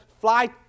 fly